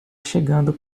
chegando